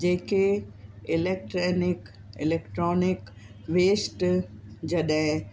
जेके electronic electronic waste जॾहिं